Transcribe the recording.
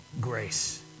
grace